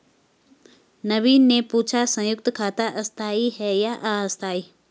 नवीन ने पूछा संयुक्त खाता स्थाई है या अस्थाई